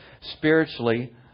spiritually